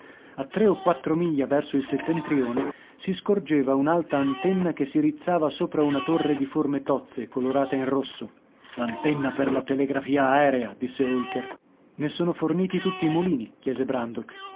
a tre o quattro miglia verso il settentrione si scorgeva un'alta antenna che si rizzava sopra una torre di forme tozze colorata in rosso l'antenna per la telegrafia aerea disse holker ne sono forniti tutti i mulini chiese brandok